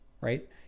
right